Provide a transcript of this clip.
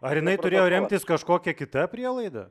ar jinai turėjo remtis kažkokia kita prielaida